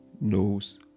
knows